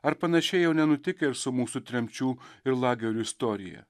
ar panašiai jau nenutikę ir su mūsų tremčių ir lagerių istorija